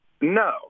No